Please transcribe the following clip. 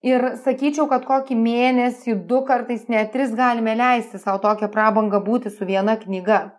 ir sakyčiau kad kokį mėnesį du kartais net tris galime leisti sau tokią prabangą būti su viena knyga